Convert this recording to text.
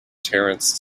terence